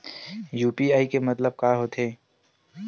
UPI के मतलब का होथे?